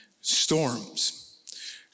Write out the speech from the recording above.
Storms